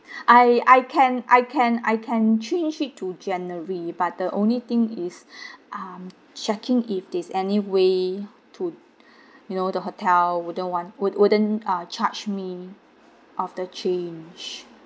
I I can I can I can change it to january but the only thing is um checking if there's any way to you know the hotel wouldn't want would wouldn't ah charge me of the change